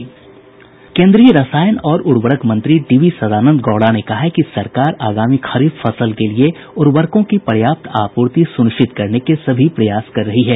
केन्द्रीय रसायन और उर्वरक मंत्री डी वी सदानन्द गौड़ा ने कहा है कि सरकार आगामी खरीफ फसल के लिए उर्वरकों की पर्याप्त आपूर्ति सुनिश्चित करने के सभी प्रयास कर रही है